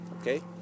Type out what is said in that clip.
okay